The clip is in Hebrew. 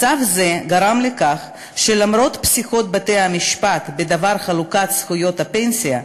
מצב זה גרם לכך שלמרות פסיקות בתי-המשפט בדבר חלוקת זכויות הפנסיה,